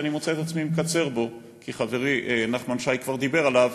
ואני מוצא את עצמי מקצר בו כי חברי נחמן שי כבר דיבר עליו